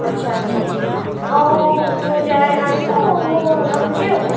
ଆଚ୍ଛା ଆଚ୍ଛା ହଉ ତୁ ଯାଏ ଆଣିବୁ ମୁଁ ରଖୁଛି ଆଉ